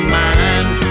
mind